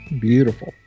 Beautiful